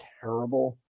terrible